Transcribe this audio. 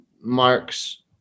marks